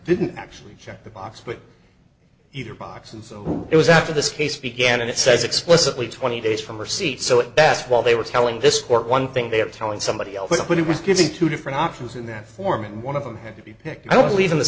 didn't actually check the box with either box and so it was after this case began and it says explicitly twenty days from her seat so it best while they were telling this court one thing they are telling somebody else what he was getting two different options in that form and one of them had to be picked i don't believe in the